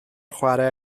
chwarae